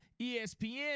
ESPN